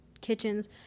kitchens